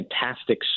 fantastic